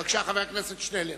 בבקשה, חבר הכנסת שנלר.